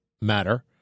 matter